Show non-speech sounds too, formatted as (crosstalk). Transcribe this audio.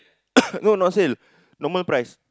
(coughs) no not sale normal price